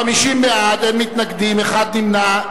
50 בעד, אין מתנגדים, אחד נמנע.